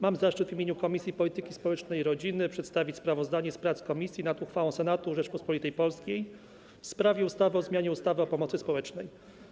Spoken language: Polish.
Mam zaszczyt w imieniu Komisji Polityki Społecznej i Rodziny przedstawić sprawozdanie z prac komisji nad uchwałą Senatu Rzeczypospolitej Polskiej w sprawie ustawy o zmianie ustawy o pomocy społecznej.